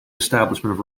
establishment